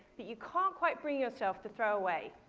but you can't quite bring yourself to throw away?